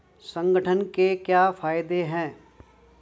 संगठन के क्या फायदें हैं?